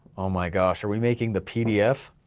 oh my gosh are we making the pdf,